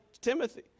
Timothy